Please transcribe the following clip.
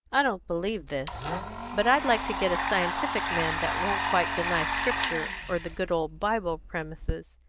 i don't believe this but i like to get a scientific man that won't quite deny scripture or the good old bible premises,